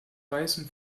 weißem